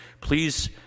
Please